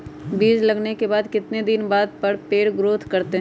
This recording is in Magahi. बीज लगाने के बाद कितने दिन बाद पर पेड़ ग्रोथ करते हैं?